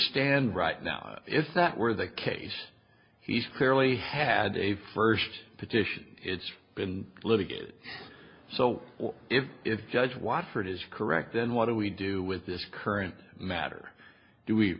stand right now if that were the case he's clearly had a first petition it's been litigated so if if judge want for it is correct then what do we do with this current matter do we